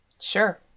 Sure